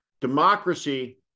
Democracy